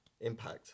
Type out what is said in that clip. impact